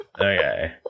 Okay